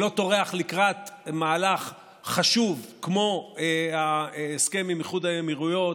שלא טורח לקראת מהלך חשוב כמו ההסכם עם איחוד האמירויות,